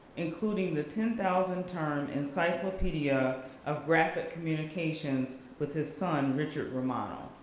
including the ten thousand term encyclopedia of graphic communications with his son richard romano,